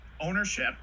ownership